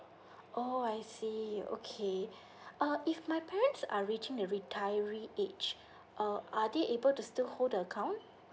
oh I see okay uh if my parents are reaching the retiree age uh are they able to still hold the account